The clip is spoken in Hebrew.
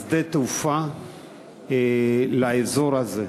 אז שדה-התעופה לאזור הזה,